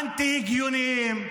אנטי-הגיוניים,